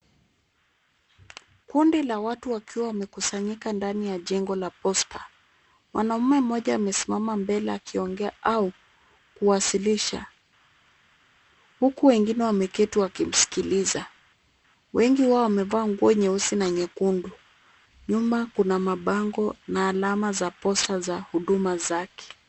Kundi la watu wakiwa wamekusanyika ndani ya jengo la Posta. Mwanamume mmoja amesimama mbele akiongea au kuwasilisha huku wengine wameketi wakimsikiliza. Wengi wao wamevaa nguo nyeusi na nyekundu. Nyuma kuna mabango na alama za posta za huduma zake.